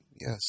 Yes